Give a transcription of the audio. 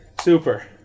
super